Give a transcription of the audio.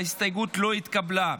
ההסתייגות לא התקבלה.